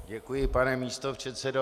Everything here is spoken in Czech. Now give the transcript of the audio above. Děkuji, pane místopředsedo.